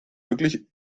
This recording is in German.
wirklich